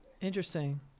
interesting